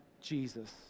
Jesus